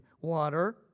water